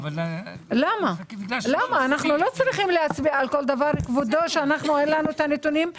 לא צריך להצביע על כל דבר כשאין לנו הנתונים.